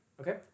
Okay